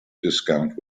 discount